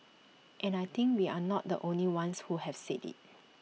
and I think we're not the only ones who have said IT